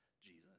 Jesus